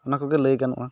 ᱚᱱᱟ ᱠᱚᱜᱮ ᱞᱟᱹᱭ ᱜᱟᱱᱚᱜᱼᱟ